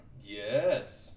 Yes